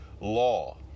law